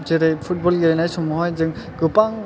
जेरै फुथबल गेलेनाय समावहाय जों गोबां